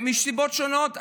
מסיבות שונות,